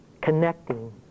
connecting